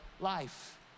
Life